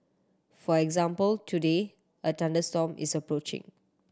for example today a thunderstorm is approaching